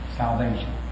salvation